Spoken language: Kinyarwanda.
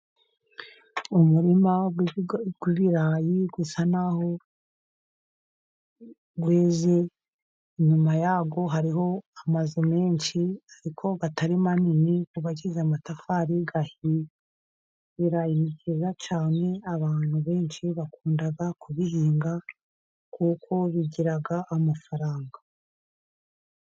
Umurima w'ibirayi usa naho weze, inyuma yaho harimo amazu menshi ariko atari manini, yubakishije amatafari ahiye cyane abantu benshi bakunda kubihinga kuko bigiraga amafaranga.